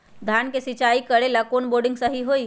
धान के सिचाई करे ला कौन सा बोर्डिंग सही होई?